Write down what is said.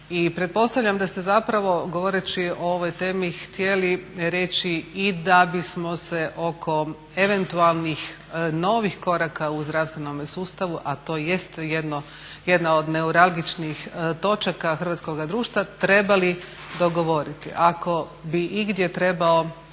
I pretpostavljam da ste zapravo govoreći o ovoj temi htjeli reći i da bismo se oko eventualnih novih koraka u zdravstvenome sustavu a to jeste jedna od neuralgičnih točaka hrvatskoga društva trebali dogovoriti. Ako bi igdje trebao